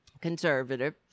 conservative